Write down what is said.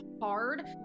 hard